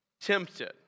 tempted